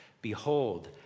Behold